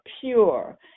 pure